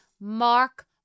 Mark